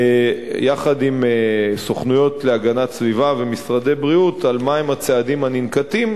יחד עם סוכנויות להגנת הסביבה ומשרדי הבריאות מהם הצעדים הננקטים,